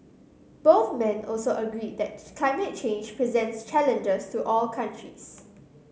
both men also agreed that climate change presents challenges to all countries